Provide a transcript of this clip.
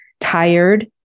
tired